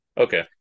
okay